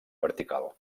vertical